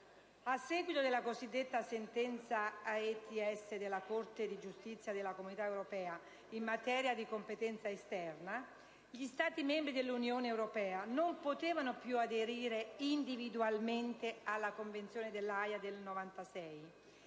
A seguito della cosiddetta sentenza AETS della Corte di giustizia della Comunità europea in materia di competenza esterna, gli Stati membri dell'Unione europea non potevano più aderire individualmente alla Convenzione dell'Aja del 1996.